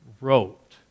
wrote